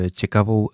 ciekawą